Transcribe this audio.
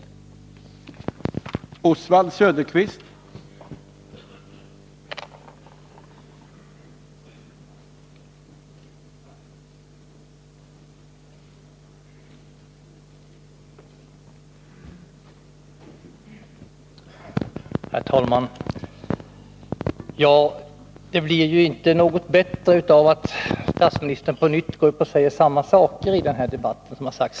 Tisdagen den